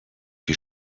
die